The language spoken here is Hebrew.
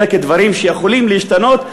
אלא כדברים שיכולים להשתנות.